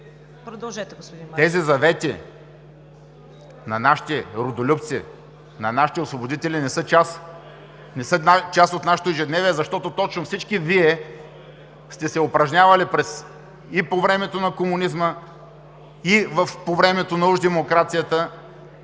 Продължете, господин Марешки.